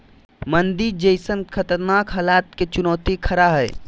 मंदी जैसन खतरनाक हलात के चुनौती खरा हइ